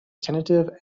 tentative